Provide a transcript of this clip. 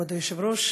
כבוד היושב-ראש,